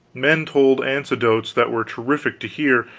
men told anecdotes that were terrific to hear,